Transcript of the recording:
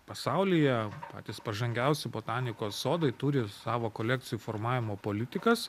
pasaulyje patys pažangiausi botanikos sodai turi savo kolekcijų formavimo politikas